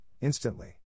instantly